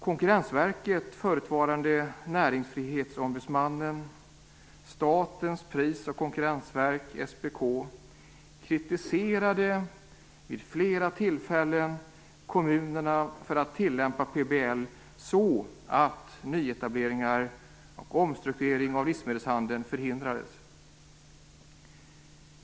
Konkurrensverket, förutvarande Näringsfrihetsombudsmannen, och Statens pris och konkurrensverk, SPK, kritiserade vid flera tillfällen kommunerna för att de tillämpade PBL så att nyetablering och omstrukturering av livsmedelshandeln förhindrades.